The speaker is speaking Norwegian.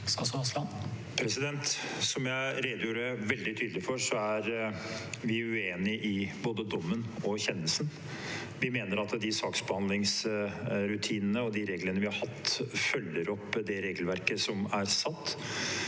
Som jeg rede- gjorde veldig tydelig for, er vi uenig i både dommen og kjennelsen. Vi mener at de saksbehandlingsrutinene og reglene vi har hatt, følger opp det regelverket som er satt,